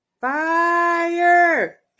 Fire